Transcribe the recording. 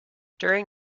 during